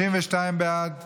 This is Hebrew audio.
32 בעד,